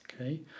okay